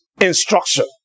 instruction